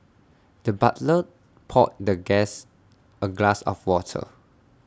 the butler poured the guest A glass of water